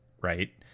right